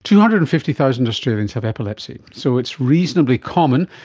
two hundred and fifty thousand australians have epilepsy, so it's reasonably common.